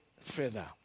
further